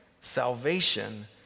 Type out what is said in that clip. Salvation